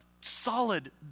solid